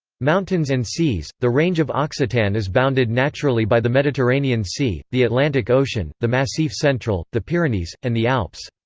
mountains and seas the range of occitan is bounded naturally by the mediterranean sea, the atlantic ocean, the massif central, the pyrenees, and the alps.